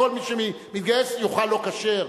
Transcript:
כל מי שמתגייס יאכל לא כשר?